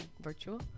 virtual